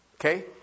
Okay